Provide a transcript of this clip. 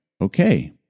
okay